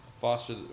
Foster